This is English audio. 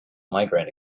migraine